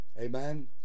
Amen